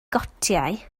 gotiau